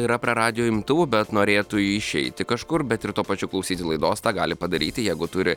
yra prie radijo imtuvų bet norėtų išeiti kažkur bet ir tuo pačiu klausyti laidos tą gali padaryti jeigu turi